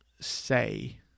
say